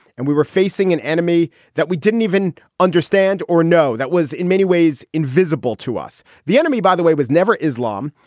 and we were facing an enemy that we didn't even understand or know that was in many ways invisible to us. the enemy, by the way, was never islam.